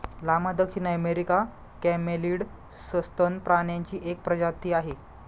llama दक्षिण अमेरिकी camelid सस्तन प्राण्यांची एक प्रजाती आहे